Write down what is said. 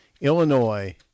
Illinois